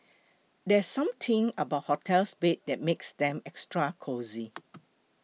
there's something about hotel beds that makes them extra cosy